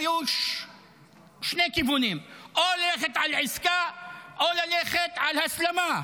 היו שני כיוונים: או ללכת על עסקה או ללכת על הסלמה.